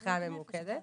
לשאלתך הממוקדת,